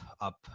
up